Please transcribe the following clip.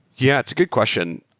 yeah. it's a good question.